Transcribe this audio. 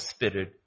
Spirit